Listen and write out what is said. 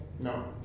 No